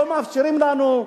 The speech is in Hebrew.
לא מאפשרים לנו,